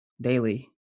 daily